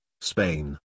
Spain